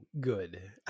good